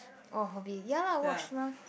oh hobby ya lah watch mah